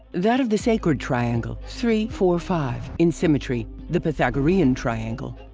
that of the sacred triangle three four five, in symmetry, the pythagorean triangle.